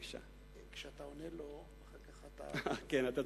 כשאתה עונה לו, אחר כך אתה,